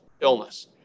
illness